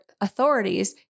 authorities